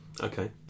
Okay